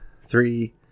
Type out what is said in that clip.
three